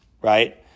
right